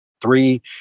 Three